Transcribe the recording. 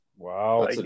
Wow